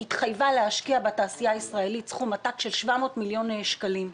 התחייבה להשקיע בתעשייה הישראלית סכום עתק של 700 מיליון שקלים.